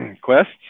Quests